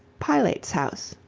pilate's house.